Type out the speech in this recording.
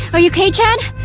are you okay chad?